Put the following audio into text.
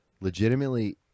Legitimately